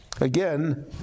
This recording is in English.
again